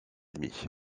demie